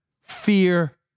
Fear